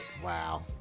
Wow